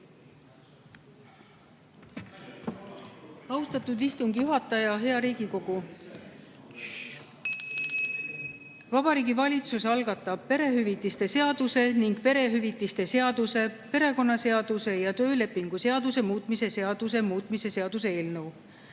Austatud istungi juhataja! Hea Riigikogu! Vabariigi Valitsus algatab perehüvitiste seaduse ning perehüvitiste seaduse, perekonnaseaduse ja töölepingu seaduse muutmise seaduse muutmise seaduse eelnõu.